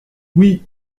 oui